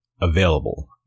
Available